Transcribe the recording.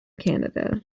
canada